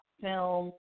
film